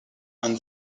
and